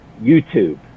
YouTube